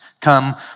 come